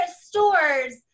stores